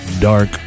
dark